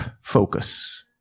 focus